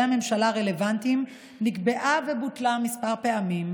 הממשלה הרלוונטיים נקבעה ובוטלה כמה פעמים.